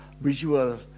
visual